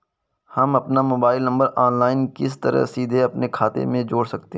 हम अपना mobile number online किस तरह सीधे अपने खाते में जोड़ सकते हैं?